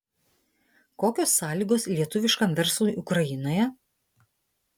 kokios sąlygos lietuviškam verslui ukrainoje